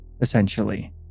essentially